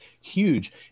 huge